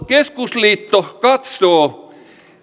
keskusliitto katsoo